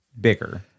bigger